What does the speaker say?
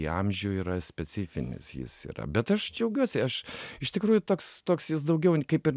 į amžių yra specifinis jis yra bet aš džiaugiuosi aš iš tikrųjų toks toks jis daugiau kaip ir